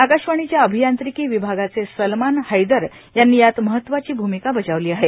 आकाशवाणीच्या अभियांत्रिकी विभागाचे सलमान हैदर यांनी यात महत्वाची भूमिका बजावली आहे